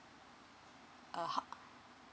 uh